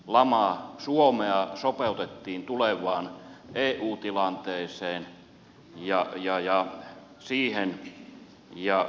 lama suomea sopeutettiin tulevaan eu tilanteeseen